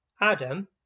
Adam